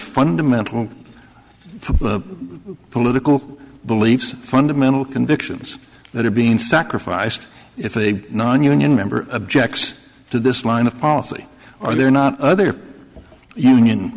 fundamental political beliefs fundamental convictions that are being sacrificed if a nonunion member objects to this line of policy are there not other union